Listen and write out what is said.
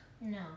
No